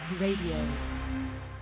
Radio